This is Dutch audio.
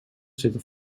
zitten